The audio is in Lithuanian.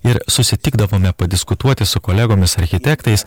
ir susitikdavome padiskutuoti su kolegomis architektais